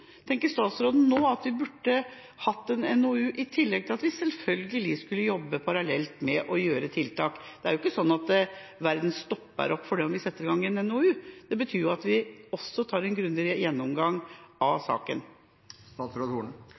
tenker statsråden? Tenker statsråden nå at vi burde hatt en NOU i tillegg til at vi selvfølgelig parallelt skulle jobbe med å gjennomføre tiltak? Det er ikke sånn at verden stopper fordi om man setter i gang en NOU. Det betyr at vi også tar en grundigere gjennomgang av saken.